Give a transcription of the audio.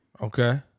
Okay